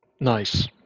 Nice